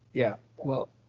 yeah, well